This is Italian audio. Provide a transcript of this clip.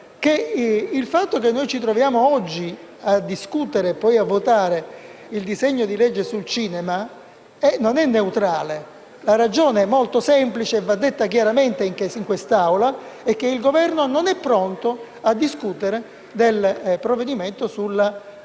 il fatto che oggi ci troviamo a discutere, e poi a votare, il disegno di legge sul cinema non è neutrale. La ragione, molto semplice - va detta chiaramente in quest'Assemblea - è che il Governo non è pronto a discutere il provvedimento sulla